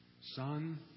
son